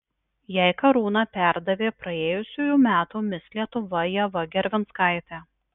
jai karūna perdavė praėjusiųjų metų mis lietuva ieva gervinskaitė